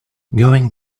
going